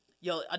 Yo